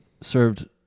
served